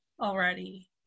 already